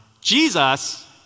Jesus